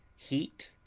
heat,